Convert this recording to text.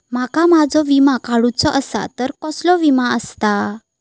माका माझो विमा काडुचो असा तर कसलो विमा आस्ता?